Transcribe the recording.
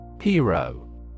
Hero